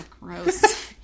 Gross